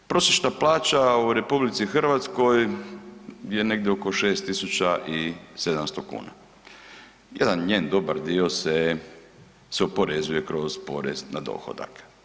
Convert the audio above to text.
Prosječna plaća u RH je negdje oko 6.700 kuna, jedan njen dobar dio se oporezuje kroz porez na dohodak.